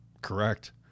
correct